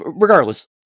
regardless